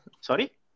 Sorry